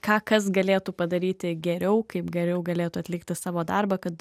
ką kas galėtų padaryti geriau kaip geriau galėtų atlikti savo darbą kad